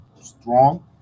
strong